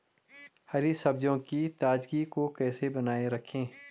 हरी सब्जियों की ताजगी को कैसे बनाये रखें?